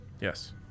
yes